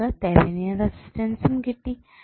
നമുക്ക് തെവനിയൻ റെസിസ്റ്റൻസും കിട്ടി